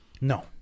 no